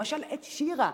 למשל שירה,